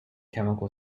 chemical